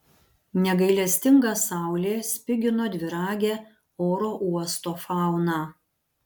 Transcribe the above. negailestinga saulė spigino dviragę oro uosto fauną